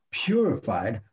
purified